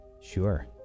Sure